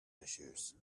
issues